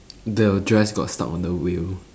the dress got stuck on the wheel